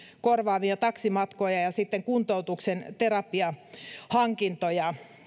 korvaamia taksimatkoja ja ja sitten kuntoutuksen terapiahankintoja